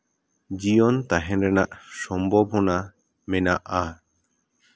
ᱡᱤᱭᱚᱱ ᱛᱟᱦᱮᱸ ᱨᱮᱱᱟᱜ ᱥᱚᱢᱵᱷᱚᱵᱚᱱᱟ ᱢᱮᱱᱟᱜᱼᱟ